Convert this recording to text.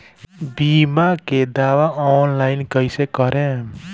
बीमा के दावा ऑनलाइन कैसे करेम?